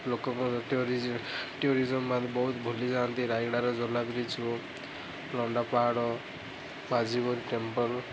ଲୋକ tourism tourism ମାନେ ବହୁତ ଭୁଲି ଯାଆନ୍ତି ରାୟଗଡ଼ାର ଝଲା ବ୍ରିଜକୁ ଲଣ୍ଡା ପାହାଡ଼ ମାଝୀ ବୋରି ଟେମ୍ପଲ୍